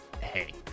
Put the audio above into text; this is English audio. Hey